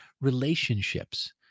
relationships